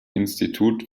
institut